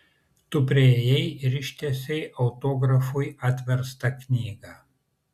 tu priėjai ir ištiesei autografui atverstą knygą